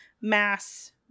mass